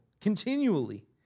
continually